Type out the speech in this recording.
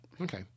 Okay